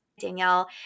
Danielle